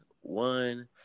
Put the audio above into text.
one